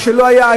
מה שלא היה,